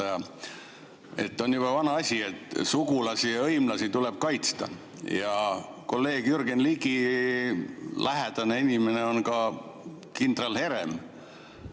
On juba vana asi, et sugulasi ja hõimlasi tuleb kaitsta. Ja kolleeg Jürgen Ligi lähedane inimene on ka kindral Herem.